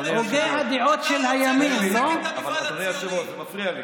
אתה רוצה לרסק את המפעל הציוני.